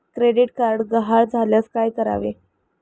Credit card गहाळ झाल्यास काय करावे?